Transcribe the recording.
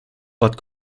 but